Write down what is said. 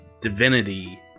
Divinity